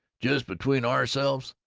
just between ourselves,